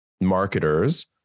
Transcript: marketers